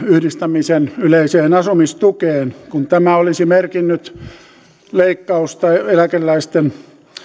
yhdistämisen yleiseen asumistukeen kun tämä olisi merkinnyt leikkausta eläkeläisten